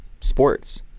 sports